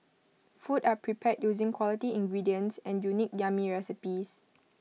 food are prepared using quality ingredients and unique yummy recipes